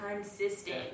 consistent